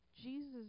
Jesus